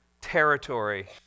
territory